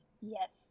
yes